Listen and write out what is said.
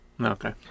Okay